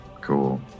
cool